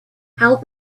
help